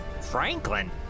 Franklin